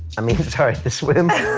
i mean i'm sorry, the swimming?